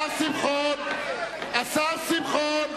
השר שמחון.